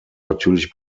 natürlich